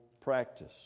practice